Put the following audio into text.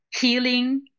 healing